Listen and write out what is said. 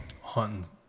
hunting